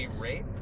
Rape